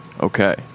Okay